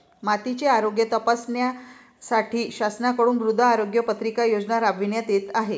मातीचे आरोग्य तपासण्यासाठी शासनाकडून मृदा आरोग्य पत्रिका योजना राबविण्यात येत आहे